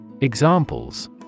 Examples